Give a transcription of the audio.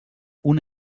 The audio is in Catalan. una